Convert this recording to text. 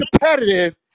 competitive